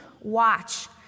watch